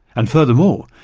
and furthermore,